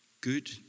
good